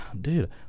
dude